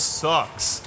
sucks